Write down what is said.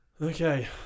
Okay